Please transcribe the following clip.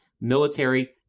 military